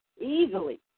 easily